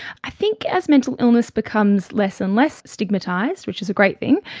i think as mental illness becomes less and less stigmatised, which is a great thing,